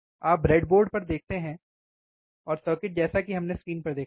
आप ब्रेडबोर्ड देखते यहां हैं और सर्किट जैसा कि हमने स्क्रीन पर देखा है